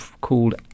called